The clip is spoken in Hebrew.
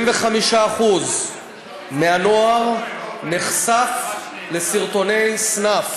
75% מהנוער נחשף לסרטוני "סנאף".